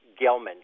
Gelman